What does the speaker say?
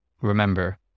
Remember